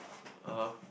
ah [huh]